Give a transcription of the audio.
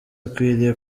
akwiriye